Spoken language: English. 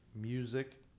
music